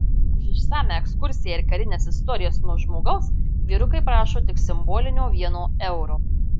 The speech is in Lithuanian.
už išsamią ekskursiją ir karines istorijas nuo žmogaus vyrukai prašo tik simbolinio vieno euro